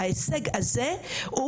ההישג הזה הוא